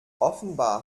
offenbar